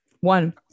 One